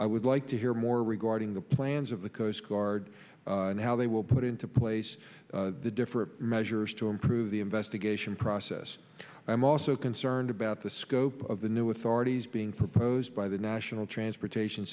i would like to hear more regarding the plans of the coast guard and how they will put into place the different measures to improve the investigation process i'm also concerned about the scope of the new authorities being proposed by the national transportation